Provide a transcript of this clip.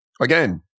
again